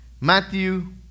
Matthew